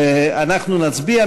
אנחנו נצביע.